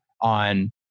on